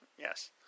yes